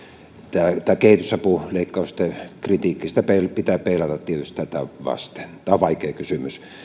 tätä kehitysapuleikkausten kritiikkiä pitää peilata tietysti tätä vasten tämä on vaikea kysymys